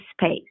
space